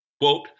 Quote